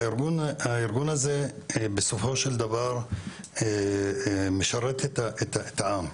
הארגון הזה בסופו של דבר משרת את העם.